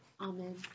Amen